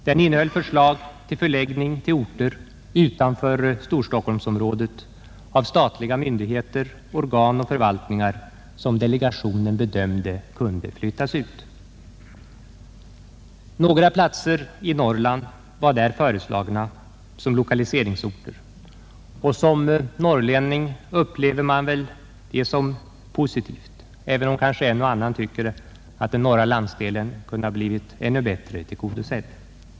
Den innehöll förslag om förläggning till orter utanför Storstockholmsområdet av statliga myndigheter, organ och förvaltningar, som delegationen bedömde kunde flyttas ut. Några platser i Norrland föreslogs därvid som lokaliseringsorter. Som norrlänning upplever man väl detta som något positivt, även om kanske en och annan tycker att den norra landsdelen kunde ha blivit ännu bättre tillgodosedd.